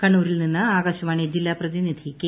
കണ്ണൂരിൽ നിന്ന് ആകാശവാണി ജില്ലാ പ്രതിനിധി കെ